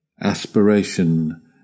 aspiration